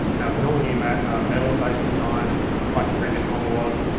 now it's an all-new metal metal based design like the previous model was.